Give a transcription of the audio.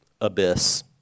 abyss